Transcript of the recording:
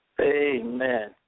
Amen